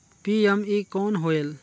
PME कौन होयल?